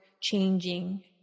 changing